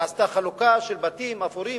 שעשתה חלוקה של בתים אפורים,